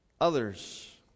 others